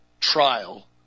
trial